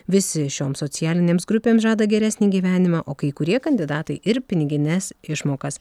visi šioms socialinėms grupėms žada geresnį gyvenimą o kai kurie kandidatai ir pinigines išmokas